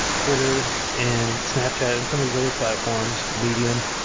twitter, and snapchat and some of these other platforms, medium,